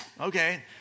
Okay